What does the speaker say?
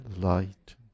light